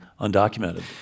undocumented